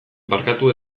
barkatu